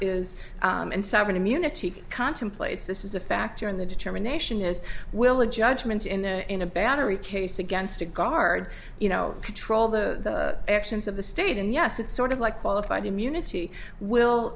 is and sovereign immunity contemplates this is a factor in the determination is will the judgment in the in a battery case against a guard you know control the actions of the state and yes it's sort of like qualified immunity will